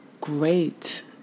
great